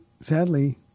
sadly